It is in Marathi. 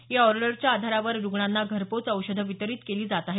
या ऑर्डरच्या आधारावर रुग्णांना घरपोच औषधं वितरित केली जात आहेत